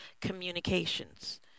Communications